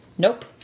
Nope